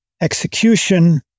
execution